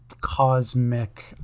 cosmic